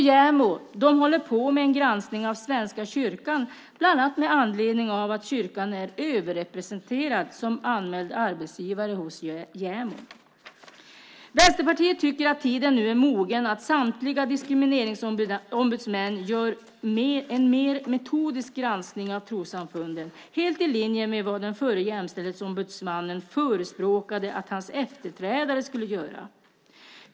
JämO håller på med en granskning av Svenska kyrkan, bland annat med anledning av att kyrkan är överrepresenterad som anmäld arbetsgivare hos JämO. Vänsterpartiet tycker att tiden nu är mogen att samtliga diskrimineringsombudsmän gör en mer metodisk granskning av trossamfunden, helt i linje med vad den förre Jämställdhetsombudsmannen förespråkade att hans efterträdare skulle göra.